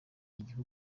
igihe